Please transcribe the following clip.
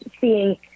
seeing